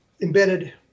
embedded